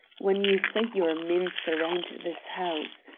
when you say your men surround this house.